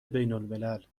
بینالملل